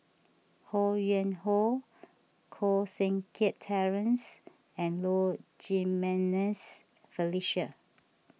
Ho Yuen Hoe Koh Seng Kiat Terence and Low Jimenez Felicia